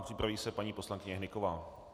Připraví se paní poslankyně Hnyková.